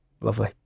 Lovely